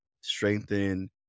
strengthen